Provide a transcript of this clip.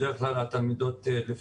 בדרך כלל אחוז התלמידות במגמות שהזכרתי